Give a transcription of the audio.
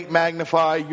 magnify